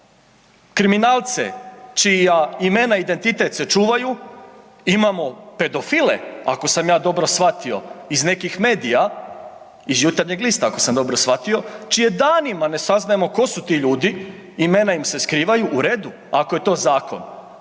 kriminalce čija imena i identitet se čuvaju, imamo pedofile ako sam ja dobro shvatio iz nekih medija, iz Jutarnjeg lista ako sam dobro shvatio, čije danima ne saznajemo tko su ti ljudi, imena im se skrivaju, u redu ako je to zakon,